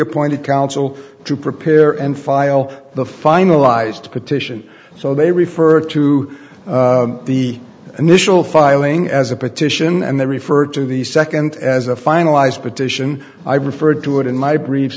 appointed counsel to prepare and file the finalized petition so they referred to the initial filing as a petition and they referred to the second as a finalized petition i referred to it in my br